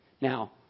Now